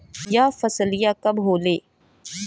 यह फसलिया कब होले?